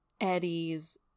Eddie's